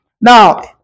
Now